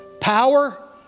Power